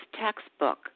textbook